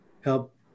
help